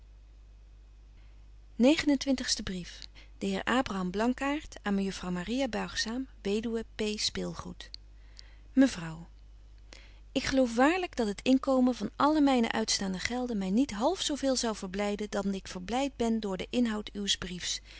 brief de heer abraham blankaart aan mejuffrouw maria buigzaam weduwe p spilgoed mevrouw ik geloof waarlyk dat het inkomen van alle myne uitstaande gelden my niet half zo veel zou verblyden dan ik verblyd ben door den inhoud uws briefs